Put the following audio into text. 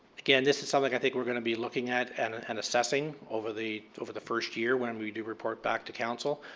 again, this is something ah like i think we're going to be looking at and ah and assessing over the over the first year when and we do report back to council,